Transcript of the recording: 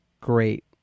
great